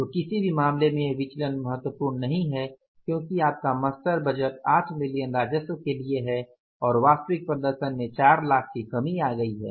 तो किसी भी मामले में यह विचलन महत्वपूर्ण नहीं है क्योंकि आपका मास्टर बजट 8 मिलियन राजस्व के लिए है और वास्तविक प्रदर्शन में 4 लाख की कमी आई है